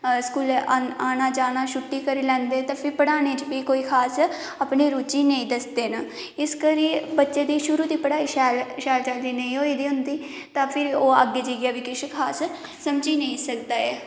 स्कूले च औना जाना छुट्टी करी लैंदे ते फिर पढ़ाने च कोई खास अपने रुची नेईं दसदे न इस करियै बच्चे दी शुरुआत दी पढ़ाई शैल चाल्ली नेईं होई दी होंदी ते फिर ओह् अग्गें जाइयै बी केह् किश खास समझी नेईं सकदा ऐ